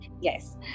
Yes